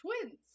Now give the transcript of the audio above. twins